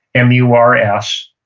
m u r s.